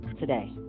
today